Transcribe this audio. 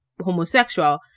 homosexual